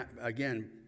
again